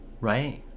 Right